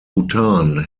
bhutan